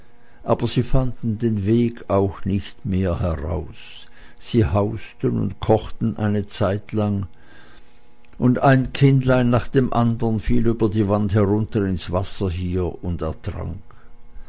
aber sie fanden den weg auch nicht mehr heraus sie hausten und kochten eine zeitlang und ein kindlein nach dem andern fiel über die wand herunter ins wasser hier und ertrank